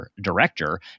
director